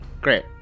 Great